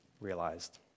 realized